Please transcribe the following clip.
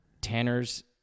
Tanner's